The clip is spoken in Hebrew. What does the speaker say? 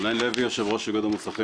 אני יושב-ראש איגוד המוסכים.